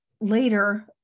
later